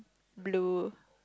blue